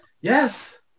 Yes